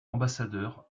ambassadeur